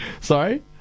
sorry